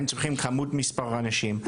הם צריכים כמות מספר אנשים.